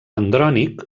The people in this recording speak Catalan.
andrònic